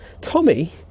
Tommy